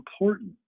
important